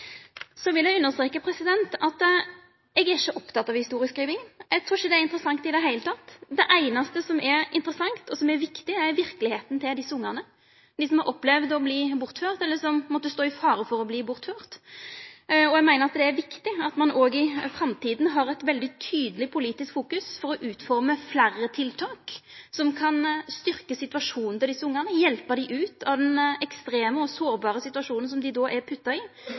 Så vil eg understreka at eg ikkje er oppteken av historieskriving. Eg trur ikkje det er interessant i det heile teke. Det einaste som er interessant, og som er viktig, er verkelegheita til desse ungane, som har opplevd å verta bortførte, eller som måtte stå i fare for å verta bortførte. Eg meiner det er viktig at ein òg i framtida har eit veldig tydeleg politisk fokus på å utforma fleire tiltak som kan styrkja situasjonen til desse ungane, og hjelpa dei ut av den ekstreme og sårbare situasjonen som dei er sette i,